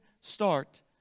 start